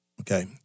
Okay